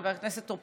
חבר הכנסת טור פז,